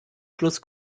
schluss